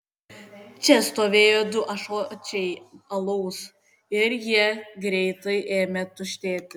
čia stovėjo du ąsočiai alaus ir jie greitai ėmė tuštėti